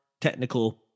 technical